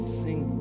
sing